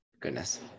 Goodness